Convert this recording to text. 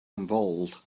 involved